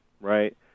right